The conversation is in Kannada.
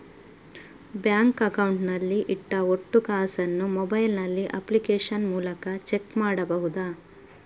ಬ್ಯಾಂಕ್ ಅಕೌಂಟ್ ನಲ್ಲಿ ಇಟ್ಟ ಒಟ್ಟು ಕಾಸನ್ನು ಮೊಬೈಲ್ ನಲ್ಲಿ ಅಪ್ಲಿಕೇಶನ್ ಮೂಲಕ ಚೆಕ್ ಮಾಡಬಹುದಾ?